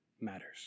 matters